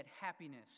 happiness